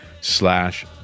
slash